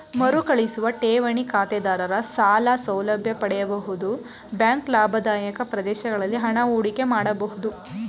ಮರುಕಳಿಸುವ ಠೇವಣಿ ಖಾತೆದಾರರ ಸಾಲ ಸೌಲಭ್ಯ ಪಡೆಯಬಹುದು ಬ್ಯಾಂಕ್ ಲಾಭದಾಯಕ ಪ್ರದೇಶಗಳಲ್ಲಿ ಹಣ ಹೂಡಿಕೆ ಮಾಡಬಹುದು